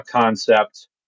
concept